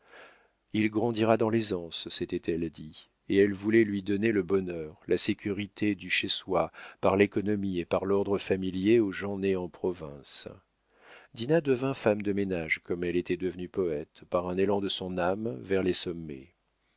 il grandira dans l'aisance s'était-elle dit et elle voulait lui donner le bonheur la sécurité du chez soi par l'économie et par l'ordre familiers aux gens nés en province dinah devint femme de ménage comme elle était devenue poète par un élan de son âme vers les sommets